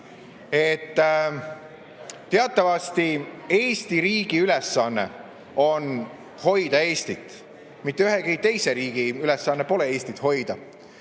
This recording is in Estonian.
Teatavasti on Eesti riigi ülesanne hoida Eestit. Mitte ühegi teise riigi ülesanne pole Eestit hoida.